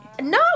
No